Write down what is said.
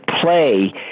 play